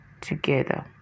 together